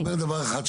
זה אומר דבר אחד,